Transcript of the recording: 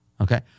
Okay